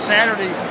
Saturday